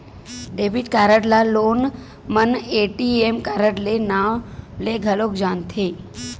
debit card ल लोगन मन ए.टी.एम कारड के नांव ले घलो जानथे